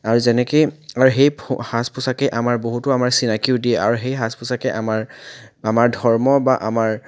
আৰু যেনেকৈ আৰু সেই সাজ পোছাকে আমাৰ বহুতো আমাৰ চিনাকিও দিয়ে আৰু সেই সাজ পোছাকে আমাৰ আমাৰ ধৰ্ম বা আমাৰ